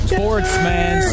Sportsman